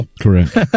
Correct